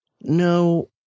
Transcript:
No